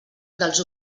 dels